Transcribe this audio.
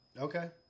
Okay